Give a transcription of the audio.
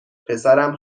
پسرم